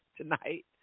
tonight